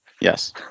Yes